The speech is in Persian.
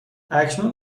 اکنون